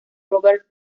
robert